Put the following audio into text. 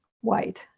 white